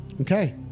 Okay